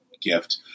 gift